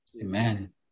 Amen